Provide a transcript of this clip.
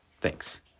Thanks